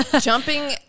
Jumping